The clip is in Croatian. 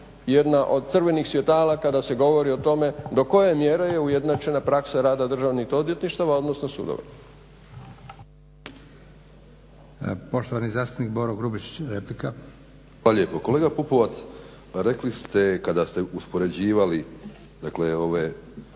jedna od crvenih svjetala kada se govori o tome do koje mjere je ujednačena praksa rada državnih odvjetništava, odnosno sudova. **Leko, Josip (SDP)** Poštovani zastupnik Boro Grubišić, replika. **Grubišić, Boro (HDSSB)** Hvala lijepa Kolega Pupovac, rekli ste kada ste uspoređivali dakle ove